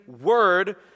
word